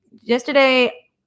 Yesterday